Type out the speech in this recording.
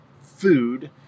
food